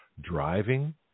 Driving